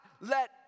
let